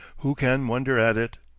who can wonder at it?